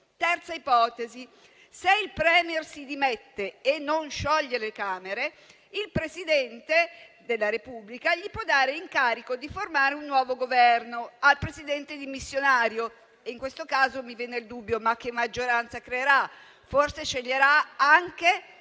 Terza ipotesi: se il *Premier* si dimette e non scioglie le Camere, il Presidente della Repubblica può dare l'incarico di formare un nuovo Governo al Presidente dimissionario. In questo caso mi sorge il dubbio: ma che maggioranza creerà? Forse sceglierà anche